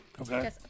Okay